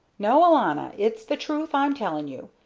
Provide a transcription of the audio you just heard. no, alanna, it's the truth i'm telling you,